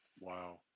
Wow